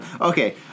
Okay